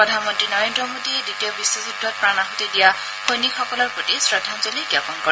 প্ৰধানমন্ত্ৰী নৰেদ্ৰ মোডীয়ে দ্বিতীয় বিশ্বযুদ্ধ প্ৰাণ আছতি দিয়া সৈনিকসকলৰ প্ৰতি শ্ৰদ্বাঞ্জলি জাপন কৰে